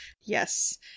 yes